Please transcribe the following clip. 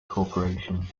corporation